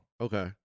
Okay